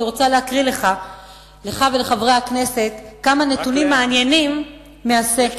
אני רוצה להקריא לך ולחברי הכנסת כמה נתונים מעניינים מהסקר.